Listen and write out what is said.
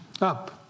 Up